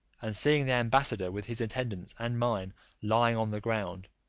and seeing the ambassador with his attendants and mine lying on the ground,